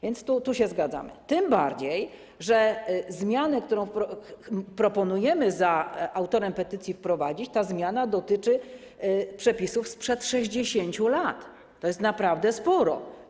Więc tu się zgadzamy, tym bardziej że zmiana, którą proponujemy za autorem petycji wprowadzić, dotyczy przepisów sprzed 60 lat, to jest naprawdę sporo.